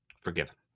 forgiven